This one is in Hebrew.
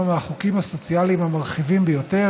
מהחוקים הסוציאליים המרחיבים ביותר,